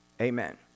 Amen